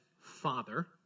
Father